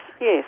yes